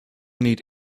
need